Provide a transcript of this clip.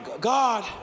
God